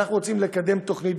ואנחנו רוצים לקדם תוכנית.